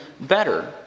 better